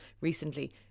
recently